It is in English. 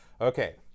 Okay